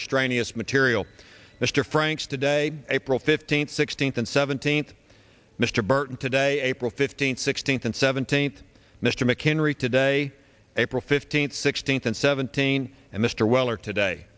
extraneous material mr franks today april fifteenth sixteenth and seventeenth mr burton today april fifteenth sixteenth and seventeenth mr mccann read today april fifteenth sixteenth and seventeenth and mr weller today